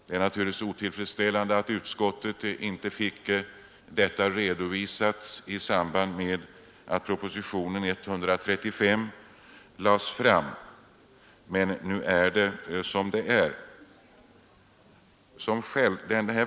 Det är naturligtvis otillfredsställande att utskottet inte fick redovisning av detta i samband med att propositionen 135 framlades, men nu är det som det är.